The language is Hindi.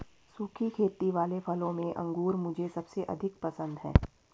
सुखी खेती वाले फलों में अंगूर मुझे सबसे अधिक पसंद है